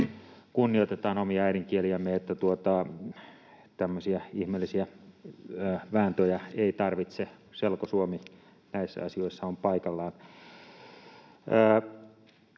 kunnioitetaan, omia äidinkieliämme, niin että tällaisia ihmeellisiä vääntöjä ei tarvitta. Selkosuomi näissä asioissa on paikallaan.